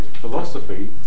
philosophy